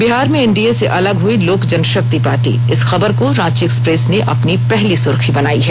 बिहार में एनडीए से अलग हुई लोकजन ाक्ति पार्टी इस खबर को रांची एक्सप्रेस ने अपनी पहली सुर्खी बनाई है